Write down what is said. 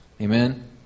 amen